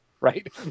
right